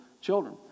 children